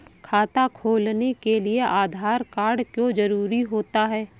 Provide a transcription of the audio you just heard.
खाता खोलने के लिए आधार कार्ड क्यो जरूरी होता है?